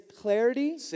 clarity